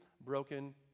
broken